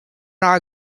are